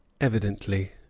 Evidently